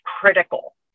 critical